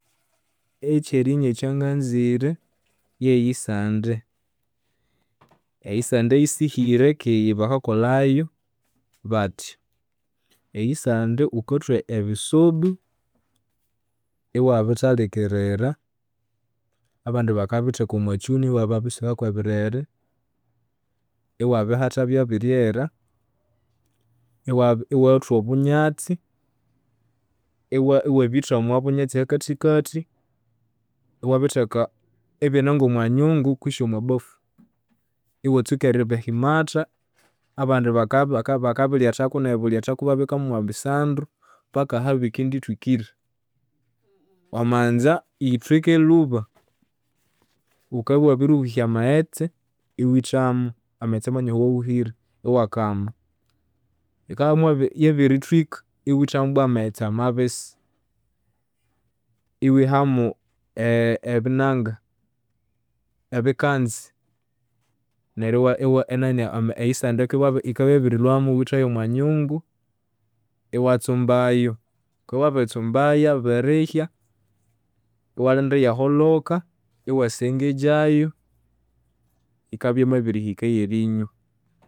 Ekyerinywa ekyanganzire, yeyisande, eyisande yisihire keghe bakakolhayu bathya; iyisande ghukathwa ebisubi iwabithalikirira, abandi bakabitheka omwakyuna ibabiswika kwebirere, iwabihatha byabiryera, iwa- iwayathwa obunyatsi, iwabitha omwabunyatsi ahakathikathi, iwabitheka, ibinengomwanyungu kwisi omwabafu. Iwatsuka eribihimatha, abandi baka bakabiryathaku neribiryathaku ibabikamulha omwabisandu paka ahabukendithwikira. Wamanza yithwike lhuba, ghukabya iwabirihuhya amaghetse iwithamu, amaghetse manyoho awahuhire, iwakama. Yikabya yabirithwika iwithamu ibwa maghetse amabisi. Iwihamu ebinanga, ebikanzi. Neryo iwa- iwa enani eyisande yikibya yabirilhwamu iwithayu omwanyungu, iwatsumbayu. Ghukabya wabiritsumbayu yabirihya, iwalinda iyaholhoka, iwasengejayu, yikabya iyamabirihika eyerinywa.